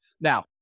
Now